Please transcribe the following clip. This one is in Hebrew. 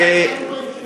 הוא היה אתנו בישיבה,